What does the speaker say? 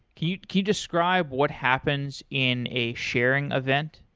can you you describe what happens in a sharing event?